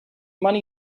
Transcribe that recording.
money